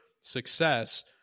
success